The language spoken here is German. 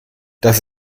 das